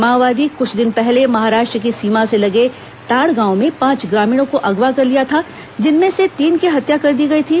माओवादियों क्छ दिन पहले महाराष्ट्र की सीमा से लगे ताड़गांव में पांच ग्रामीणों को अगवा कर लिया था जिसमें से तीन की हत्या कर दी गई थी